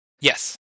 Yes